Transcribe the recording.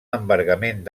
embargament